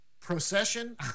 Procession